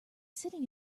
sitting